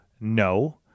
no